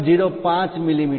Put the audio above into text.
05 મીમી